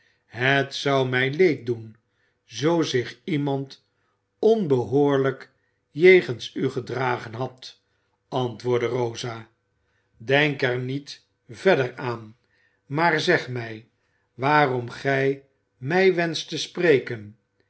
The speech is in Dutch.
het zou mij leed doen zoo zich iemand onbehoorlijk jegens u gedragen had antwoordde rosa denk er niet verder aan maar zeg mij waarom gij mij wenscht te spreken